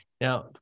Now